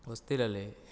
ಹೊಸ್ತಿಲಲ್ಲಿ